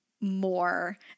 more